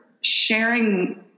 Sharing